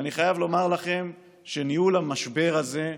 אני חייב לומר לכם שבניהול המשבר הזה,